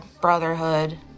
brotherhood